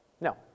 no